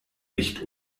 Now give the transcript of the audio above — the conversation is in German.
wicht